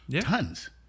Tons